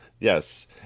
Yes